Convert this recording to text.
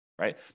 right